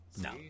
No